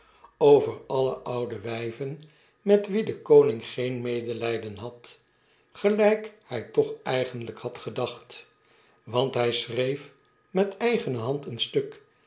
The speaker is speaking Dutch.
over alle oude wpen met wie de koning geen medelpen had gelp hy toch eigenlp had gedacht want hp schreef met eigene hand een stuk